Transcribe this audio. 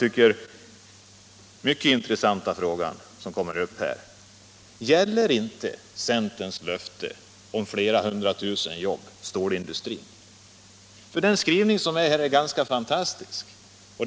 Den mycket intressanta fråga som kommer upp här är denna: Gäller inte centerns löfte om flera hundra tusen jobb stålindustrin? Den skrivning som förekommer här är närmast otrolig.